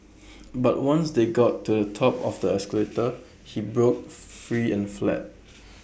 but once they got to A top of the escalator he broke free and fled